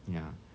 ya